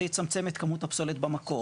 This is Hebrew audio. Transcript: זה יצמצם את כמות הפסולת במקור.